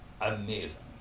amazing